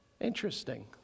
Interesting